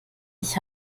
ich